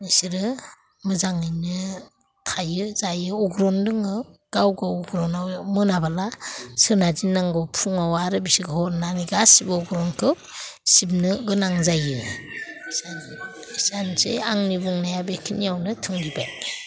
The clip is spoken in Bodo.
इसोरो मोजाङैनो थायो जायो अग्रं दङ गाव गावखौ मोनामोना सोना दोननांगौ फुङाव आरो बिसोरखौ नायनानै गासैबो अग्रंखौ सिबनो गोनां जायो इसानो सानसे आंनि बुंनाया बेखिनियावनो थुंगेबाय